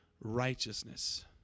righteousness